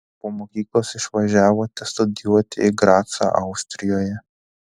po mokyklos išvažiavote studijuoti į gracą austrijoje